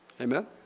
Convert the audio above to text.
Amen